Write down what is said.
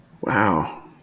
Wow